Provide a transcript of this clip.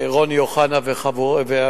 רוני אוחנה ואנשיו.